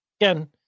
Again